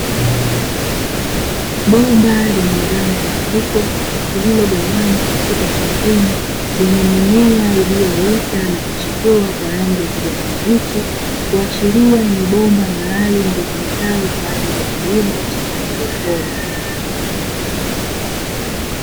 Bomba lenye rangi nyeupe lililogawanywa katika sehemu zenye mimea iliyoota na kuchepua kwa rangi ya kijani kibichi, kuashiria ni bomba maalumu litumikalo kwaajili ya kilimo cha haidroponi.